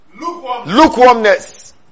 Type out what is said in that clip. lukewarmness